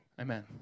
Amen